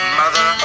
mother